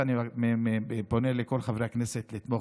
ואני פונה לכל חברי הכנסת לתמוך,